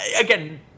again